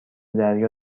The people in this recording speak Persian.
دریا